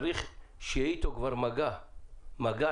צריך שיהיה איתו כבר מגע אנושי,